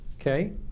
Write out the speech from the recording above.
okay